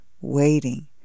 waiting